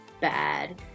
bad